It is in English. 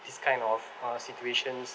these kind of uh situations